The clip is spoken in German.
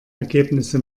ergebnisse